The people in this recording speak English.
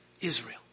Israel